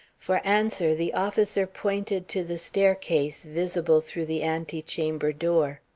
for answer the officer pointed to the staircase visible through the antechamber door.